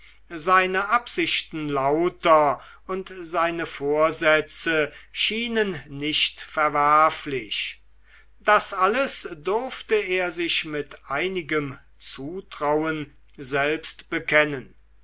seine absichten lauter und seine vorsätze schienen nicht verwerflich das alles durfte er sich mit einigem zutrauen selbst bekennen